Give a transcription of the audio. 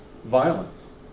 violence